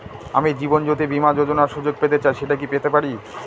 আমি জীবনয্যোতি বীমা যোযোনার সুযোগ পেতে চাই সেটা কি পেতে পারি?